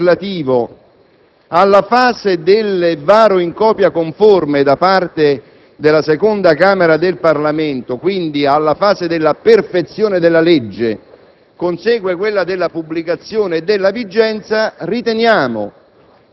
e, consapevoli che nel procedimento legislativo alla fase del varo in copia conforme da parte della seconda Camera del Parlamento, quindi alla fase della perfezione della legge,